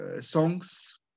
songs